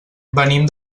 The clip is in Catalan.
venim